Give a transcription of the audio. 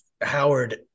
Howard